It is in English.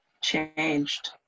changed